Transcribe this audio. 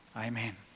Amen